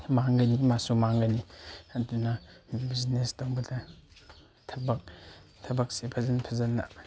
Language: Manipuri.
ꯃꯥꯡꯒꯅꯤ ꯑꯃꯁꯨꯡ ꯃꯥꯡꯒꯅꯤ ꯑꯗꯨꯅ ꯕꯤꯖꯤꯅꯦꯁ ꯇꯧꯕꯗ ꯊꯕꯛ ꯊꯕꯛꯁꯦ ꯐꯖ ꯐꯖꯅ